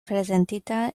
prezentita